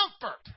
comfort